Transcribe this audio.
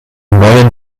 neuen